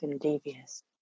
devious